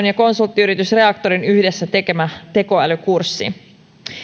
ja konsulttiyritys reaktorin yhdessä tekemä tekoälykurssi